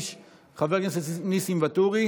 ולממשלה יהיה זמן לדון בחוק הזה,